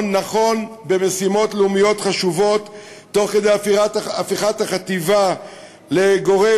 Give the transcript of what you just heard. נכון למשימות לאומיות חשובות תוך כדי הפיכת החטיבה לגורם